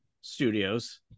studios